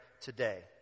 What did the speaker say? today